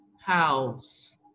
house